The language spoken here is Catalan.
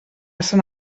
sant